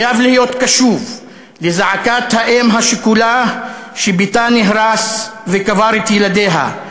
חייב להיות קשוב לזעקת האם השכולה שביתה נהרס וקבר את ילדיה,